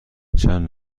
چند